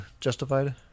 Justified